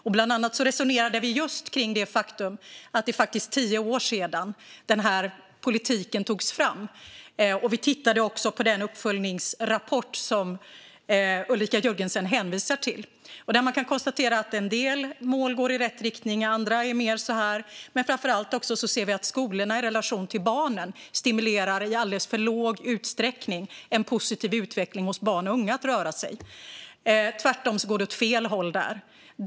Vi resonerade bland annat om just det faktum att det är tio år sedan politiken togs fram. Vi tittade också på den uppföljningsrapport som Ulrika Jörgensen hänvisade till, och man kan konstatera att det går i rätt riktning för en del mål men inte för andra. Framför allt kan man se att skolorna i relation till barnen i alldeles för låg utsträckning stimulerar en positiv utveckling hos barn och unga att röra sig. Där går det tvärtom åt fel håll.